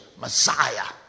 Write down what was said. Messiah